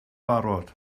barod